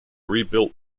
rebuilt